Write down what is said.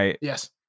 Yes